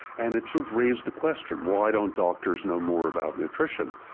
and it sort of raised the question, why don't doctors know more about nutrition?